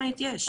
חד-משמעית יש.